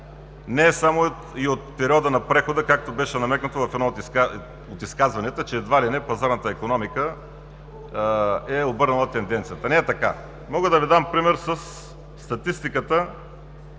е само и от периода на прехода, както беше намекнато в едно от изказванията, че едва ли не пазарната икономика е обърнала тенденцията. Не е така! Мога да Ви дам пример със статистиката